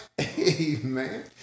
amen